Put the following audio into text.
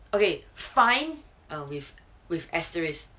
okay fine with with asterisks